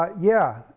ah yeah,